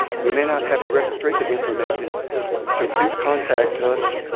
we may not have your registration information so please contact us